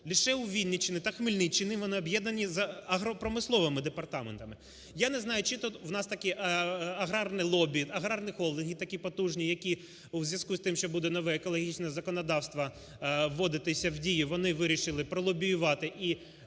лише у Вінниччині та Хмельниччині вони об'єднані з агропромисловими департаментами. Я не знаю, чи то в нас такі аграрні лобі, аграрні холдинги такі потужні, які у зв'язку з тим, що буде нове екологічне законодавство вводитися в дію, вони вирішили пролобіювати і